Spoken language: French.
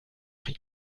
riz